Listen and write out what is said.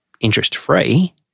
interest-free